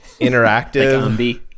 interactive